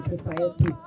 society